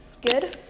good